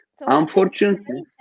unfortunately